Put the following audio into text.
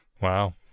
Wow